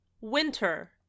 winter